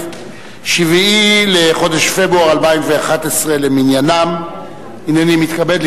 אדוני השר, חברי הכנסת הנכבדים, היום יום שני, ג'